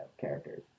characters